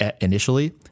initially